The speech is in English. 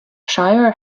shire